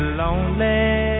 lonely